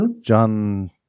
John